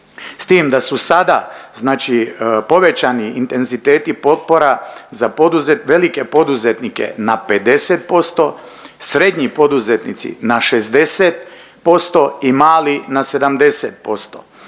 s tim da su sada znači povećani intenziteti potpora za poduz… velike poduzetnike na 50%, srednji poduzetnici na 60% i mali na 70%.